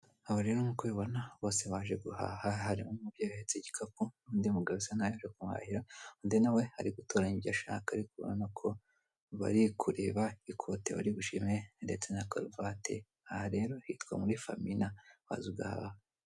Aha rero nk'uko ubibona bose baje guhaha hari umubyeyi uhetse igikapu, undi mugabo usa nkuwaje kuhahahira undi nawe ari gutoranranya ibyo ashaka ariko urabona ko bari kureba ikote bari bushime ndetse na karuvati aha rero hitwa muri famina maze ugahaha.